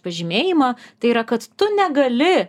pažymėjimą tai yra kad tu negali